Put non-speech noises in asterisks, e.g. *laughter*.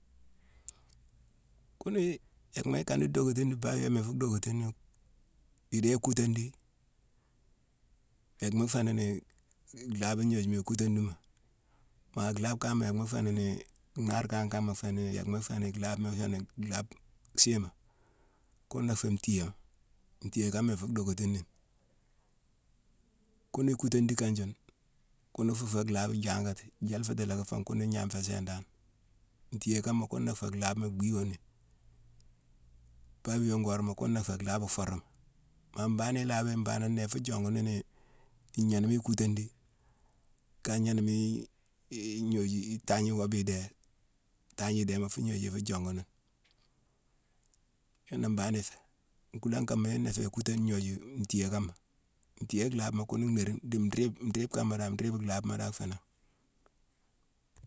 Kuunii yéckma ikan ni dockutini, babiyoma ifu dhockatini: idé ikutodingh. yackma fééni nii mhaabe gnojuma ikutodinghma. Ma lhaabe kaama yéckma féni nii nnhaar kan kaama fééni yéckma fééni nlhaabma fééni nlhaabe siima: ghuna fé ntiyéma. Ntiyé kama ifu dhockotini ni. Kune ikutodingh kane june, ghune fu fé nlhaabe jangati, jélefati lacki fan. Ghune gnan fé sééne dan. Ntiyé kama kuna fé lhaabema bhii yoni. Babiyone goréma kuna fé nlhaabe fooroma. Ma mbangh i lhaabéye mbané né ifu jongu nini ignénééme ni ikutodingh, ka gnéname ii *hesitation* itangne iwobe idé. Itangni idéma fu gnuju ifu jongu nini. Yuna mbangh ifé. Nkuulane kama, yuna ifé ikuta-gnoju ntiyé kama. Ntiyé nlhaabema kune nhéérine. Dii nriibe-nriibe kama dan, nriibe lhaabema dan fénangh.